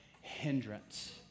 hindrance